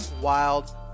Wild